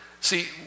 see